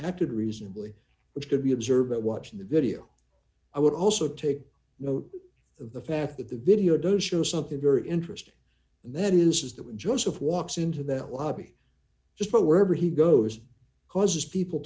acted reasonably which could be observed by watching the video i would also take note of the fact that the video does show something very interesting and that is that when joseph walks into that lobby just for wherever he goes causes people